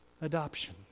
Adoption